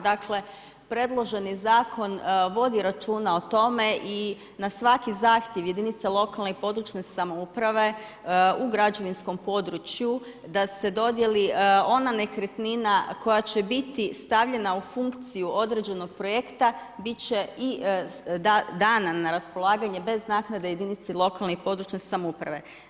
Dakle predloženi zakon vodi računa o tome i na svaki zahtjev jedinica lokalne i područne samouprave u građevinskom području da se dodijeli ona nekretnina koja će biti stavljena u funkciju određenog projekta bit će i dana na raspolaganje bez naknade jedinici lokalne i područne samouprave.